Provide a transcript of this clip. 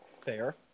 Fair